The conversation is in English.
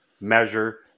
measure